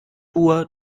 uhr